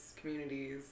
communities